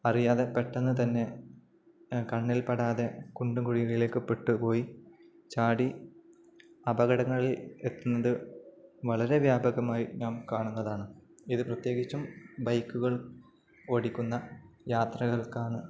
അറിയാതെ പെട്ടെന്നു തന്നെ കണ്ണിൽ പെടാതെ കുണ്ടും കുഴിയിലൊക്കെപ്പെട്ടു പോയി ചാടി അപകടങ്ങളിൽ എത്തുന്നതു വളരെ വ്യാപകമായി ഞാൻ കാണുന്നതാണ് ഇതു പ്രത്യേകിച്ചും ബൈക്കുകൾ ഓടിക്കുന്ന യാത്രകൾക്കാണ്